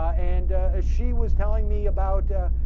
and ah. as she was telling me about ah.